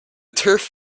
turf